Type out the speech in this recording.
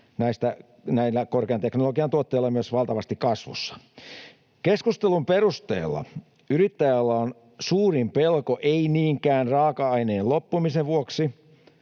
näillä korkean teknologian tuotteilla myös valtavasti kasvussa. Keskustelun perusteella yrittäjällä on suurin pelko ei niinkään raaka-aineen loppumisen vaan